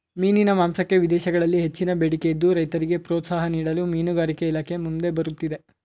ಮೀನಿನ ಮಾಂಸಕ್ಕೆ ವಿದೇಶಗಳಲ್ಲಿ ಹೆಚ್ಚಿನ ಬೇಡಿಕೆ ಇದ್ದು, ರೈತರಿಗೆ ಪ್ರೋತ್ಸಾಹ ನೀಡಲು ಮೀನುಗಾರಿಕೆ ಇಲಾಖೆ ಮುಂದೆ ಬರುತ್ತಿದೆ